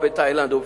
בתאילנד או